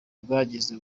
rwagize